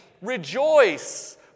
rejoice